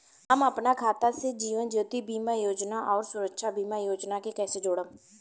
हम अपना खाता से जीवन ज्योति बीमा योजना आउर सुरक्षा बीमा योजना के कैसे जोड़म?